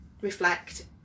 reflect